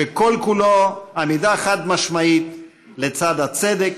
שכל-כולו עמידה חד-משמעית לצד הצדק,